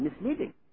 misleading